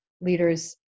leaders